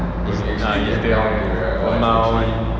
ya it's the amount